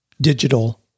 digital